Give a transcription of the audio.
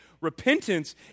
Repentance